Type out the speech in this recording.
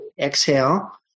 exhale